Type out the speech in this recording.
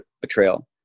betrayal